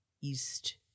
East